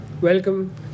Welcome